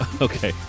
Okay